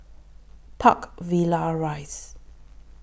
Park Villas Rise